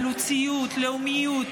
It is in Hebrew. מתן סמכות פיקוח לרשות לאיסור הלבנת הון